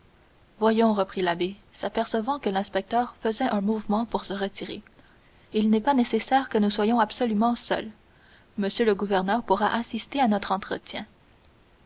voyons reprit l'abbé s'apercevant que l'inspecteur faisait un mouvement pour se retirer il n'est pas nécessaire que nous soyons absolument seuls m le gouverneur pourra assister à notre entretien